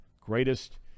greatest